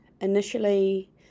initially